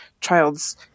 child's